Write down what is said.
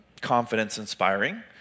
confidence-inspiring